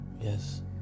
Yes